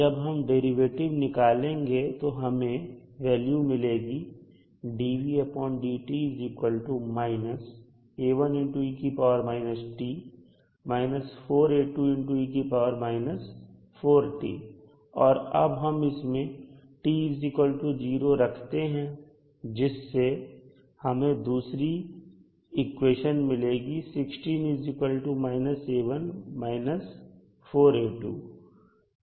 जब हम डेरिवेटिव निकालेंगे तो हमें वैल्यू मिलेगी और अब हम इसमें t0 रखते हैं जिससे हमें दूसरी क्वेश्चन मिलेगी